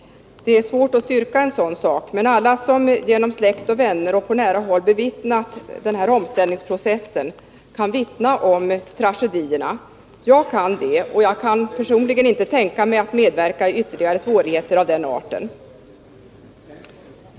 Det är svårt att styrka sådana saker, men alla som genom släkt och vänner och på nära håll bevittnat omställningsprocessen kan berätta om tragedierna. Jag kan det, och personligen kan jag inte tänka mig att bidra till ytterligare svårigheter av den arten.